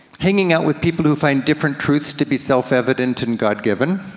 hanging out with people who find different truths to be self-evident and god-given.